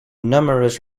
numerous